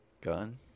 Gun